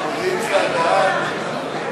קבוצת סיעת ש"ס,